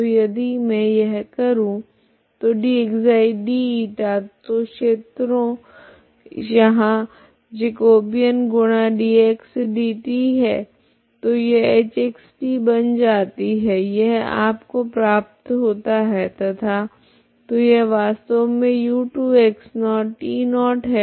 तो यदि मैं यह करूँ तो dξdη तो क्षेत्र यहाँ जेकोबियन गुना dxdt है तो यह hxt बन जाती है यह आपको प्राप्त होता है तथा तो यह वास्तव मे u2x0t0 है